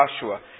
Joshua